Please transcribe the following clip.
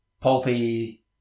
pulpy